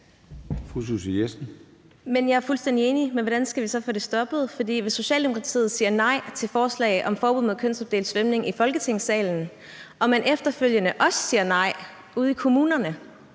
jeg er fuldstændig enig, men hvordan skal vi så få det stoppet? For hvis Socialdemokratiet siger nej til forslag om forbud mod kønsopdelt svømning i Folketingssalen og man efterfølgende også siger nej ude i kommunerne,